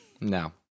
No